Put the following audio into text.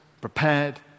prepared